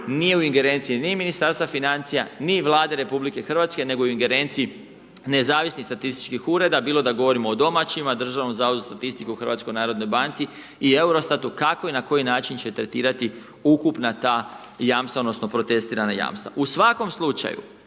nije u ingerenciji ni Ministarstva financija, ni Vlade RH, nego u ingerenciji Nezavisnih statističkih ureda, bilo da govorimo o domaćima, Državnom zavodu za statistiku, HNB-u i Eurostatu kako i na koji način će tretirati ukupna ta jamstva odnosno protestirana jamstva. U svakom slučaju,